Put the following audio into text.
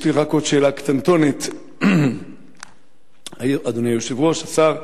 יש לי רק עוד שאלה קטנטונת, אדוני היושב-ראש, השר,